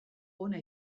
ona